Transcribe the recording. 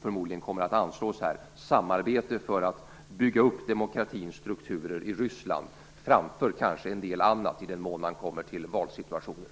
förmodligen kommer att anslås här, enligt vår mening, prioritera samarbete för att bygga upp demokratins strukturer i Ryssland framför en del annat, i den mån man kommer till valsituationer.